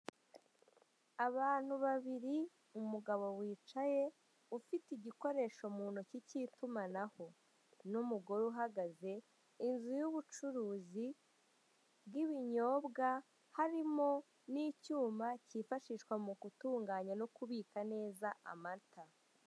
Abantu babiri, umugabo wicaye ufite igikoresho mu ntoki k'itumanaho; n'umugore uhagaze. Inzu y'ubucuruzi bw'ibinyobwa, harimo n'icyuma kifashishwa mu gutunganya no kubika neza amata.